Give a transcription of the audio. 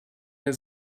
mir